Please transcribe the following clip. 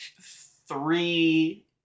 three